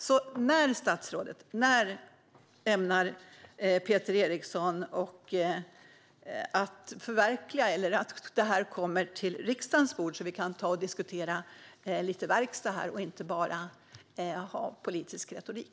När ämnar statsrådet Peter Eriksson se till att utredningen kommer till riksdagens bord, så vi kan diskutera lite verkstad här och inte bara använda politisk retorik?